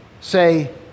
say